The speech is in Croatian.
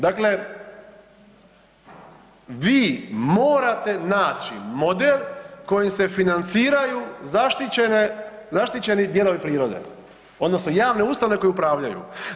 Dakle, vi morate naći model kojim se financiraju zaštićene, zaštićeni dijelovi prirode odnosno javne ustanove koje upravljaju.